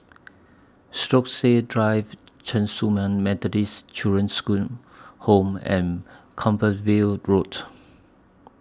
Stokesay Drive Chen Su Lan Methodist Children's Home and Compassvale Road